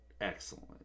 excellent